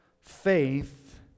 faith